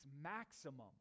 maximum